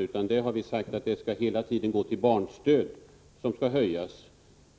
Vi har hela tiden sagt att dessa medel skall gå till stöd åt barnfamiljerna. Barnstödet skall höjas